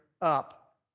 up